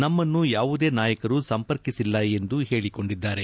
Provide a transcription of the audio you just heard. ನಮ್ಮನ್ನು ಯಾವುದೇ ನಾಯಕರು ಸಂಪರ್ಕಿಸಿಲ್ಲ ಎಂದು ಹೇಳಿಕೊಂಡಿದ್ದಾರೆ